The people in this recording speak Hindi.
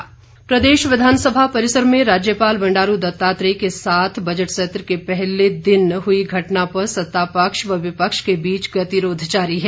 मुकेश अग्निहोत्री प्रदेश विधानसभा परिसर में राज्यपाल बंडारू दत्तात्रेय के साथ बजट सत्र के पहले दिन हुई घटना पर सत्तापक्ष व विपक्ष के बीच गतिरोध जारी है